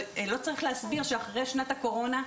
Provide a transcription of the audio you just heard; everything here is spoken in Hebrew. אבל לא צריך להסביר שאחרי שנת הקורונה,